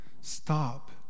stop